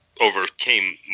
overcame